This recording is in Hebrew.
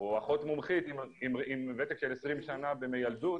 אומרים לאחות מומחית עם ותק של 20 שנה במיילדות: